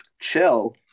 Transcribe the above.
Chill